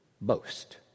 boast